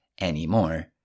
anymore